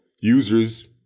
Users